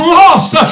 lost